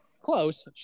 Close